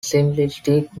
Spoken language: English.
simplistic